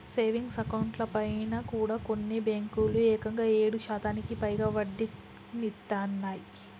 savings అకౌంట్లపైన కూడా కొన్ని బ్యేంకులు ఏకంగా ఏడు శాతానికి పైగా వడ్డీనిత్తన్నయ్